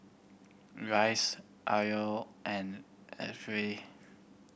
Rice Arlo and